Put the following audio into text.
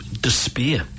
Despair